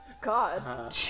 God